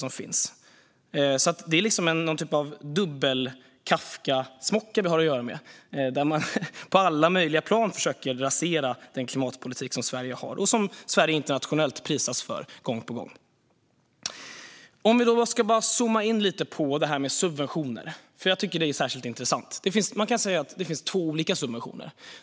Vi har alltså att göra med en typ av dubbel Kafkasmocka, där Moderaterna på alla möjliga plan försöker rasera den klimatpolitik som Sverige har och som Sverige gång på gång prisas för internationellt. Låt mig zooma in lite på subventioner, för jag tycker att det är särskilt intressant. Det finns två olika subventioner.